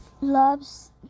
loves